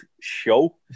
show